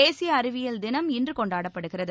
தேசிய அறிவியல் தினம் இன்று கொண்டாடப்படுகிறது